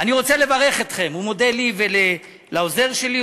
"אני רוצה לברך אתכם" הוא מודה לי ולעוזר שלי,